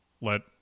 let